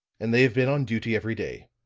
and they have been on duty every day.